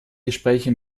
gespräche